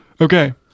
Okay